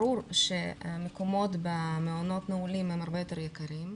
ברור שמקומות במעונות נעולים הם הרבה יותר יקרים,